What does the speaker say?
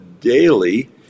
daily